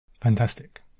fantastic